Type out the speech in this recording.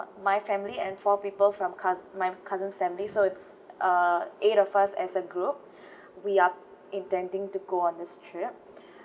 my family and four people from cou~ my cousin's family so it's uh eight of us as a group we are intending to go on this trip